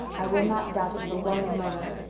i will not doubt it for one moment.